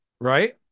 right